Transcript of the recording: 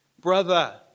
Brother